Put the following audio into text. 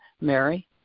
Mary